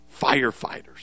firefighters